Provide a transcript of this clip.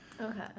Okay